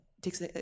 takes